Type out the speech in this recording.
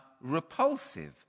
repulsive